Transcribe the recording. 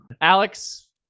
Alex